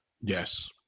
Yes